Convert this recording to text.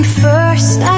first